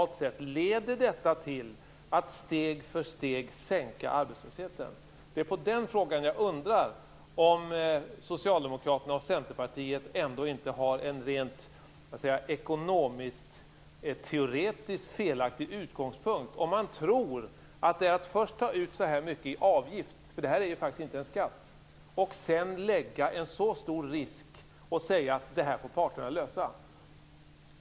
Leder detta till att steg för steg sänka arbetslösheten? Det är den frågan som får mig att undra om Socialdemokraterna och Centerpartiet ändå inte har en ekonomisk-teoretiskt felaktig utgångspunkt, om man tror att det går att först ta ut så här mycket i avgift - för det här är faktiskt inte en skatt - och sedan lägga på parterna en sådan stor risk och säga att de får lösa detta.